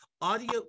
audio